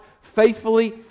faithfully